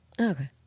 Okay